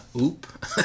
Oop